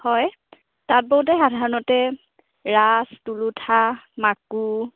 হয় তাঁত বওঁতে সাধাৰণতে ৰাঁচ তুৰুথা মাকো